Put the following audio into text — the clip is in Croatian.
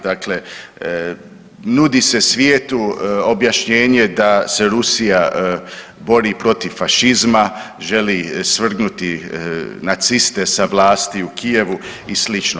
Dakle, nudi se svijetu objašnjenje da se Rusija bori protiv fašizma, želi svrgnuti naciste sa vlasti u Kijevu i slično.